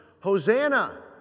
Hosanna